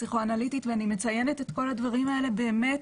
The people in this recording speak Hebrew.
פסיכואנליטית ואני מציינת את כל הדברים האלה באמת